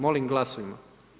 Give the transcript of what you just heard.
Molim glasujmo.